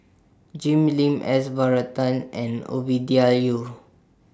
Jim Lim S Varathan and Ovidia Yu